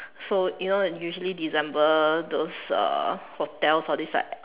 so you know usually December those uh hotel for this like